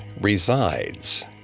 resides